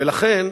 ולכן,